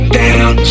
down